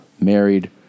Married